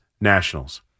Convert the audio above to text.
Nationals